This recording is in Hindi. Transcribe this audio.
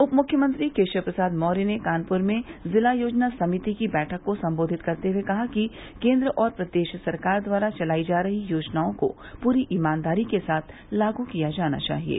उप मुख्यमंत्री केशव प्रसाद मौर्य ने कानपुर में जिला योजना समिति की बैठक को संबोधित करते हुए कहा कि केन्द्र और प्रदेश सरकार द्वारा चलाई जा रही योजनआें को पूरी ईमानदारी के साथ लागू किया जाना चाहिये